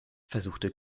versuchte